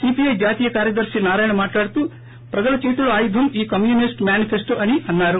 CPI జాతీయ కార్యదర్తి నారాయణ మాట్లాడుతూ ప్రజల చేతిలో ఆయుధం ఈ కమ్యూనిస్టు మేనిఫెన్టో అని అన్నారు